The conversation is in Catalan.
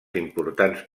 importants